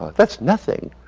that's nothing.